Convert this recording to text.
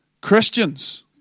Christians